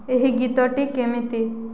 ଏହି ଗୀତଟି କେମିତି